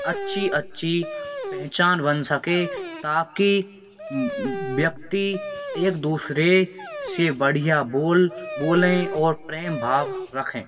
अच्छी अच्छी पहचान बन सके ताकि व्यक्ति एक दूसरे से बढ़िया बोल बोलें और प्रेम भाव रखें